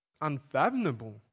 unfathomable